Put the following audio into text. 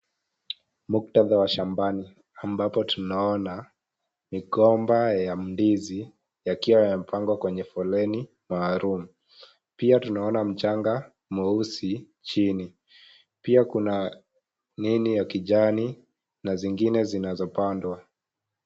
Muktadha wa shambani ambapo tunaona migomba ya ndizi yakiwa yamepangwa kwenye foleni maalum, pia tunaona mchanga mweusi chini, pia kuna nini ya kijani na zingine zinazopandwa.